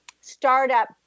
startup